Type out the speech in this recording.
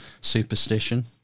superstition